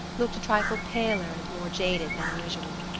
looked a trifle paler and more jaded than usual.